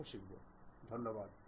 আপনাকে অনেক ধন্যবাদ